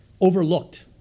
overlooked